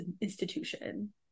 institution